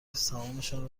سهامشان